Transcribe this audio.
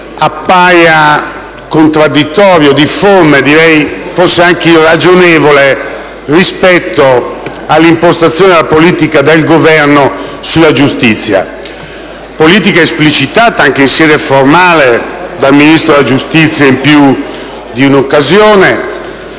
appaia contradditorio, difforme, direi forse anche irragionevole rispetto all'impostazione della politica del Governo sulla giustizia, esplicitata anche in sede formale dal Ministro della giustizia in più di un'occasione.